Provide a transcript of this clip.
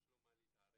יש לו מה להתערב.